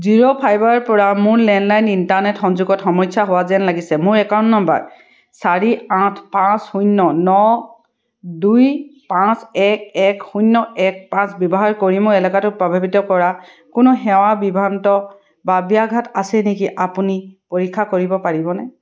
জিঅ' ফাইবাৰৰ পৰা মোৰ লেণ্ডলাইন ইণ্টাৰনেট সংযোগত সমস্যা হোৱা যেন লাগিছে মোৰ একাউণ্ট নম্বৰ চাৰি আঠ পাঁচ শূন্য ন দুই পাঁচ এক এক শূন্য এক পাঁচ ব্যৱহাৰ কৰি মোৰ এলেকাটো প্ৰভাৱিত কৰা কোনো সেৱা বিভ্ৰাট বা ব্যাঘাত আছে নেকি আপুনি পৰীক্ষা কৰিব পাৰিবনে